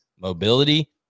mobility